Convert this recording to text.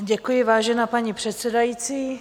Děkuji, vážená paní předsedající.